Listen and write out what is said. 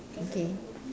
okay